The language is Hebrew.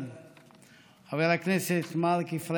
אותך.